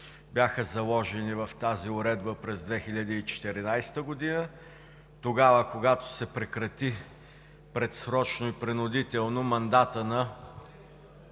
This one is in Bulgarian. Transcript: бяха заложени в тази уредба през 2014 г., тогава, когато се прекрати предсрочно и принудително мандатът на